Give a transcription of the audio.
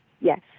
Yes